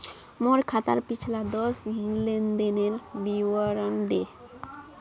मोर खातार पिछला दस लेनदेनेर विवरण दे